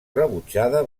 rebutjada